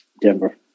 Denver